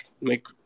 make